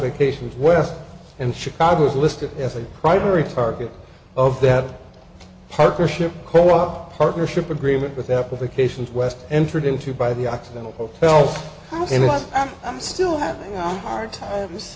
applications west and chicago was listed as a primary target of that partnership co op partnership agreement with up of occasions west entered into by the occidental hotel and i'm still having a hard time